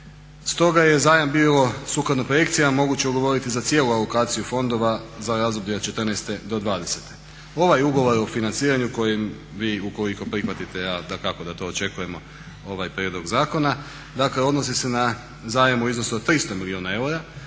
Stoga je zajam bilo sukladno projekcijama moguće ugovoriti za cijelu alokaciju fondova za razdoblje od 2014.-2020. Ovaj ugovor o financiranju kojim bi ukoliko prihvatite … dakako da to očekujemo ovaj prijedlog zakona. dakle odnosi se na zajam u iznosu od 300 milijuna eura.